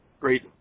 Great